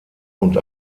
und